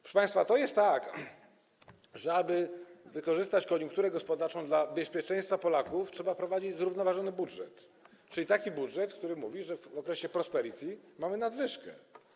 Proszę państwa, to jest tak: aby wykorzystać koniunkturę gospodarczą dla bezpieczeństwa Polaków, trzeba prowadzić zrównoważony budżet, czyli taki budżet, w którym w okresie prosperity mamy nadwyżkę.